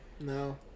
No